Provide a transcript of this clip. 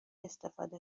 استفاده